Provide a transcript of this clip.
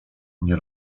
nie